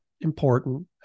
important